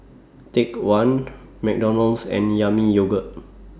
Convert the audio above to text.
Take one McDonald's and Yami Yogurt